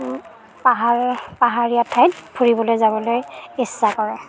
পাহাৰৰ পাহাৰীয়া ঠাইত ফুৰিবলৈ যাবলৈ ইচ্ছা কৰে